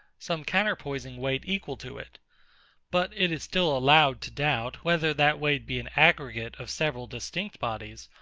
some counterpoising weight equal to it but it is still allowed to doubt, whether that weight be an aggregate of several distinct bodies,